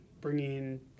bringing